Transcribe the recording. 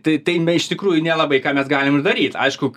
tai tai na iš tikrųjų nelabai ką mes galim ir daryt aišku